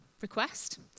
request